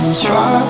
try